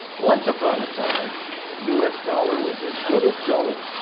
once upon a time the u s. dollar was as good as gold,